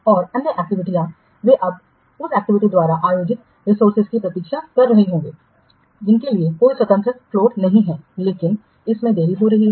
और अन्य एक्टिविटीयाँ वे अब उस एक्टिविटी द्वारा आयोजित रिसोर्सेजों की प्रतीक्षा कर रहे होंगे जिनके पास कोई स्वतंत्र फ़्लोट नहीं है लेकिन इसमें देरी हो रही है